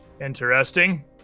Interesting